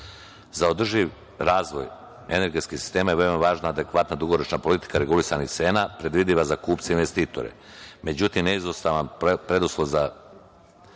Za održivi razvoj energetskih sistema je veoma važna adekvatna dugoročna politika regulisanih cena, predvidljiva za kupce i investitore.Međutim,